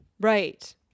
Right